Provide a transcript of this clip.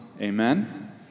Amen